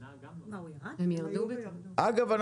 אגב,